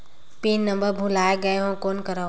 Pin number भुला गयें हो कौन करव?